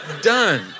Done